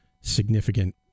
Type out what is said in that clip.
significant